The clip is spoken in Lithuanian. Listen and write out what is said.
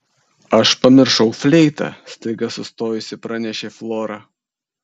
aš pamiršau fleitą staiga sustojusi pranešė flora